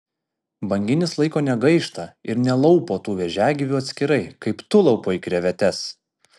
banginis laiko negaišta ir nelaupo tų vėžiagyvių atskirai kaip tu laupai krevetes